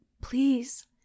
please